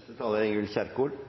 Interpellanten reiser en viktig sak, og det er